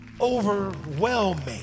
overwhelming